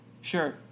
sure